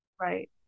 right